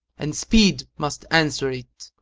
and speed must answer it.